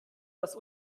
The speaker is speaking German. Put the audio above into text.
das